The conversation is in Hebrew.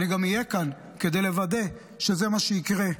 אני גם יהיה כאן כדי לוודא שזה מה שיקרה.